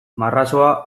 marrazoa